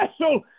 special